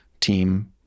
team